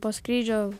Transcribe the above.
po skrydžio